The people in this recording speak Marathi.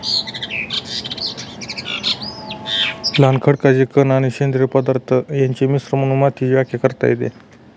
लहान खडकाचे कण आणि सेंद्रिय पदार्थ यांचे मिश्रण म्हणून मातीची व्याख्या करता येते